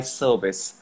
service